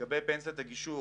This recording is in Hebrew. לגבי פנסיית הגישור